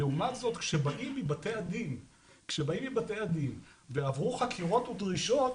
לעומת זאת כשבאים מבתי הדין ועברו חקירות ודרישות,